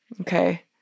Okay